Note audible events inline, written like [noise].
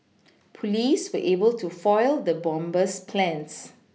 [noise] police were able to foil the bomber's plans